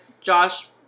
Josh